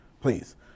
Please